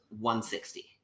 160